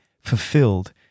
fulfilled